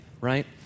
right